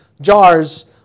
jars